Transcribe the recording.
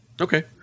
Okay